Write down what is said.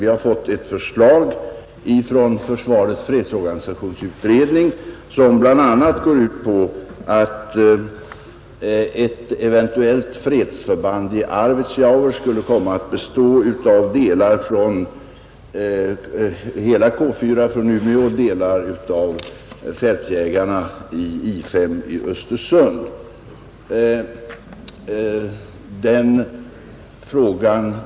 Vi har fått ett förslag från försvarets fredsorganisationsutredning, som bl.a. går ut på att ett eventuellt fredsförband i Arvidsjaur skulle komma att bestå av delar från hela K 4 i Umeå och av delar av fältjägarna på I 5 i Östersund.